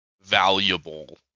valuable